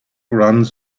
runs